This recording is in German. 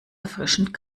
erfrischend